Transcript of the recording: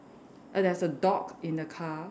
err there's a dog in the car